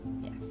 yes